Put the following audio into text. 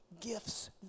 gifts